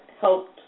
helped